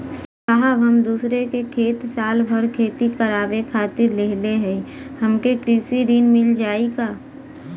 साहब हम दूसरे क खेत साल भर खेती करावे खातिर लेहले हई हमके कृषि ऋण मिल जाई का?